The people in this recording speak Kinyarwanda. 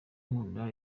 nkunda